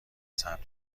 ثبت